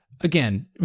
Again